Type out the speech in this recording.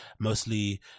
mostly